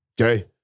Okay